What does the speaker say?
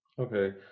Okay